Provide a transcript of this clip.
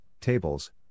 tables